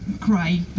cry